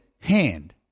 hand